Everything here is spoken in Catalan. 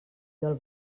del